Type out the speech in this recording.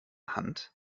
hand